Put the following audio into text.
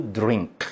drink